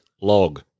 Log